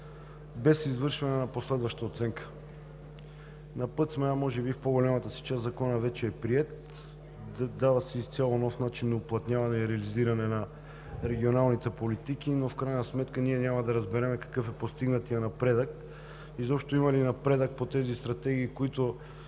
без извършване на последваща оценка. На път сме, а може би в по-голямата си част Законът вече е приет. Дава се изцяло нов начин на уплътняване и реализиране на регионалните политики, но в крайна сметка ние няма да разберем какъв е постигнатият напредък, изобщо има ли напредък по тези стратегии, които